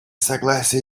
согласия